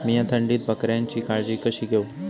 मीया थंडीत बकऱ्यांची काळजी कशी घेव?